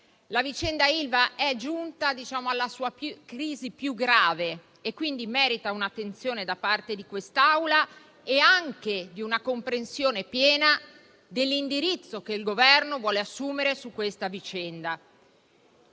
La vicenda Ilva è giunta alla sua crisi più grave e quindi merita attenzione da parte di quest'Aula e anche una comprensione piena dell'indirizzo che il Governo vuole assumere sulla vicenda.